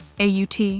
AUT